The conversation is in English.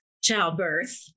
childbirth